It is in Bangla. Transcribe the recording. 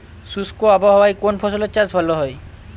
শুষ্ক আবহাওয়ায় কোন ফসলের চাষ ভালো হয়?